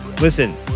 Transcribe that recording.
listen